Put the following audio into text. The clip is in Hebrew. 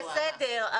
בסדר,